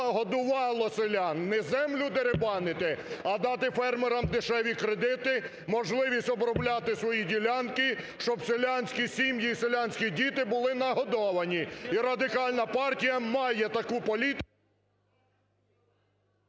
годувало селян. Не землю дерибанити, а дати фермерам дешеві кредити, можливість обробляти свої ділянки, щоб селянські сім'ї і селянські діти були нагодовані. І Радикальна партія має таку політику…